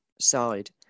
side